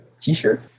t-shirt